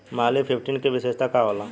Malviya fifteen के विशेषता का होला?